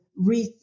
rethink